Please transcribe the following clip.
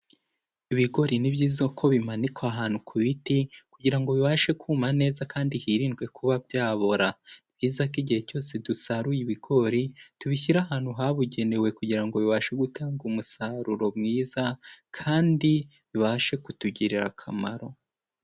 Ibigori ni byiza ko bimanikwa ahantu ku biti, kugira ngo bibashe kuma neza kandi hirindwe kuba byabora. Ni byiza ko igihe cyose dusaruye ibigori, tubishyira ahantu habugenewe kugira ngo bibashe gutanga umusaruro mwiza, kandi bibashe kutugirira akamaro.